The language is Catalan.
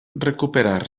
recuperar